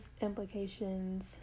implications